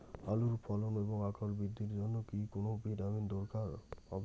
আলুর ফলন ও আকার বৃদ্ধির জন্য কি কোনো ভিটামিন দরকার হবে?